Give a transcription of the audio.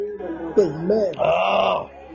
Amen